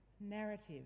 narrative